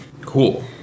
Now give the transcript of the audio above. cool